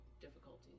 difficulties